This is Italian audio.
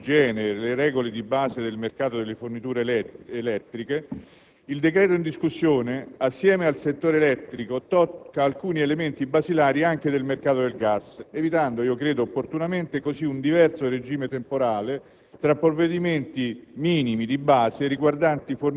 Considerando la necessità di rendere comprensibili ed omogenee le regole di base del mercato delle forniture elettriche, il decreto in discussione, assieme al settore elettrico, tocca alcuni elementi basilari anche del mercato del gas, evitando così, io credo opportunamente, un diverso regime temporale